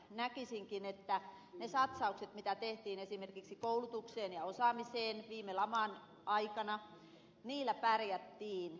näkisinkin että niillä satsauksilla mitä tehtiin esimerkiksi koulutukseen ja osaamiseen viime laman aikana pärjättiin